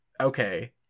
okay